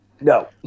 No